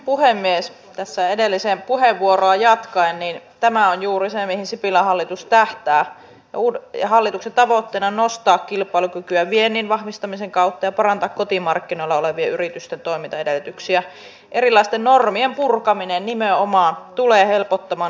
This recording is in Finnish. olen tosiaan aikaisemminkin todennut sen että tavannut te keskusten ely keskusten e puolen johtoa ja tämä vaikuttavuus on semmoinen sana joka on noussut jokaisessa keskustelussa esille silloin kun on puhuttu näistä toimenpiteistä liittyen työttömyyteen